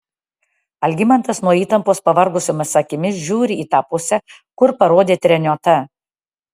algminas nuo įtampos pavargusiomis akimis žiūri į tą pusę kur parodė treniota